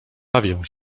bawię